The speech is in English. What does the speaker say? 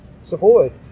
supported